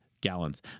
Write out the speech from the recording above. gallons